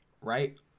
Right